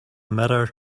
mirror